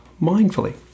mindfully